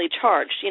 charged